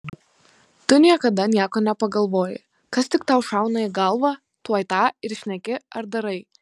tu niekada nieko nepagalvoji kas tik tau šauna į galvą tuoj tą ir šneki ar darai